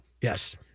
Yes